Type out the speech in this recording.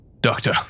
Doctor